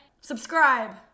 Subscribe